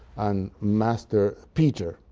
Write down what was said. and master peter.